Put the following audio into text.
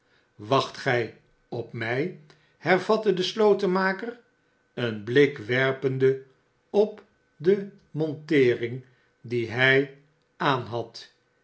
wacht gij op mij hervatte de slotenmaker een blik werpende op de monteering die hij aan